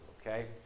Okay